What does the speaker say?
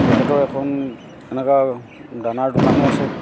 তেখেতৰ এখন এনেকুৱা দানাৰ দোকানো আছে